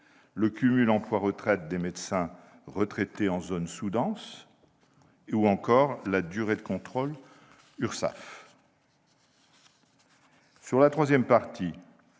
au cumul emploi-retraite des médecins retraités en zones sous-denses ou encore à la durée des contrôles URSSAF. Sur la troisième partie,